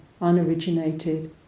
unoriginated